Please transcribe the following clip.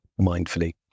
mindfully